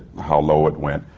how low it went.